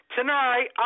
Tonight